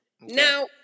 Now